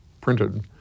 printed